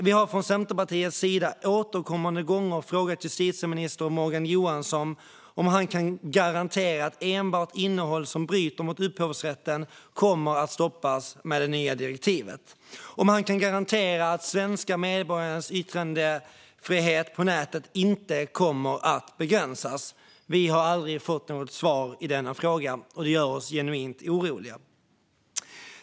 Vi har från Centerpartiets sida återkommande gånger frågat justitieminister Morgan Johansson om han kan garantera att enbart innehåll som bryter mot upphovsrätten kommer att stoppas med det nya direktivet och om han kan garantera att svenska medborgares yttrandefrihet på nätet inte kommer att begränsas. Vi har aldrig fått något svar i denna fråga, och det gör oss genuint oroliga.